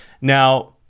Now